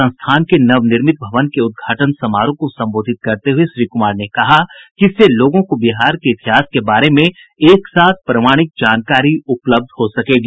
संस्थान के नवनिर्मित भवन के उद्घाटन समारोह को संबोधित करते हुए श्री कुमार ने कहा कि इससे लोगों को बिहार के इतिहास के बारे में एक साथ प्रमाणिक जानकारी उपलब्ध हो सकेगी